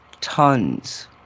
tons